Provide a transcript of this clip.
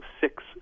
six